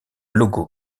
logo